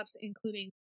including